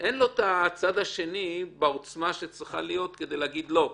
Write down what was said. אין לו את הצד השני בעוצמה שצריכה להיות כדי להגיד: לא.